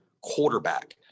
quarterback